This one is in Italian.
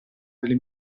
delle